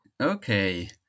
Okay